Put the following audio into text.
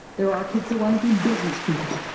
there are kids that want to be business people.